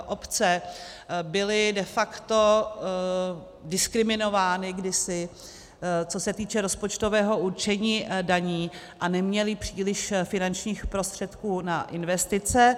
Obce byly de facto diskriminovány kdysi, co se týče rozpočtového určení daní, a neměly příliš finančních prostředků na investice.